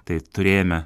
tai turėjome